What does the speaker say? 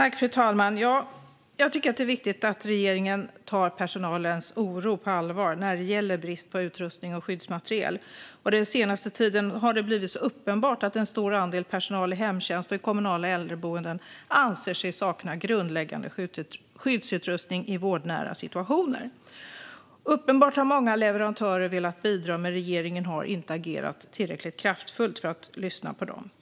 Fru talman! Jag tycker att det är viktigt att regeringen tar personalens oro på allvar när det gäller brist på utrustning och skyddsmaterial. Den senaste tiden har det blivit uppenbart att en stor andel personal i hemtjänsten och på kommunala äldreboenden anser sig sakna grundläggande skyddsutrustning i vårdnära situationer. Uppenbarligen har många leverantörer velat bidra, men regeringen har inte agerat tillräckligt kraftfullt för att lyssna på dem.